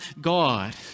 God